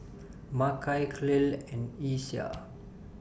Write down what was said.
Makai Clell and Isiah